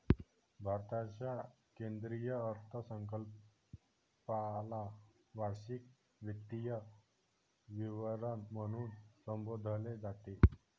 भारताच्या केंद्रीय अर्थसंकल्पाला वार्षिक वित्तीय विवरण म्हणून संबोधले जाते